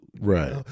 right